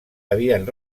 havien